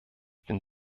bin